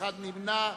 אחד נמנע.